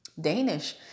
danish